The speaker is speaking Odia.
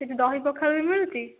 ସେଇଠି ଦହି ପଖାଳ ବି ମିଳୁଛି